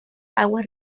aguas